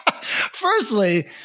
Firstly